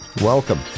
Welcome